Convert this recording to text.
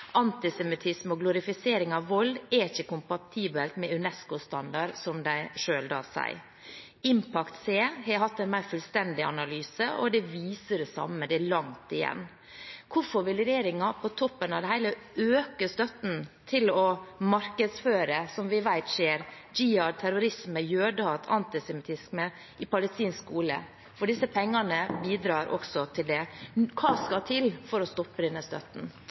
Antisemittisme og glorifisering av vold er ikke kompatibelt med UNESCO-standard, som de selv sier. IMPACT-se har hatt en mer fullstendig analyse, og den viser det samme. Det er langt igjen. Hvorfor vil regjeringen på toppen av det hele øke støtten til å markedsføre – noe vi vet skjer – jihad, terrorisme, jødehat og antisemittisme i palestinsk skole? For disse pengene bidrar også til det. Hva skal til for å stoppe denne støtten?